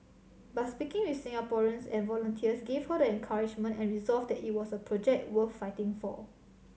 but speaking with Singaporeans and volunteers gave her the encouragement and resolve that it was a project worth fighting for